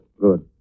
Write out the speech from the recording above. Good